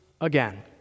again